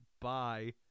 Bye